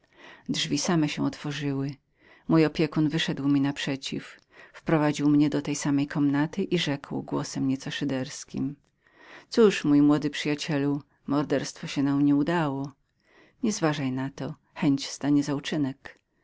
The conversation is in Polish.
drzwi same się otworzyły mój opiekun wyszedł na przeciw mnie wprowadził mnie do tej samej komnaty i rzekł głosem nieco szyderskim cóż mój młody przyjacielu morderstwo się nam nie udało nie uważaj na to chęć stanie